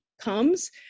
comes